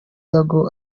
y’uko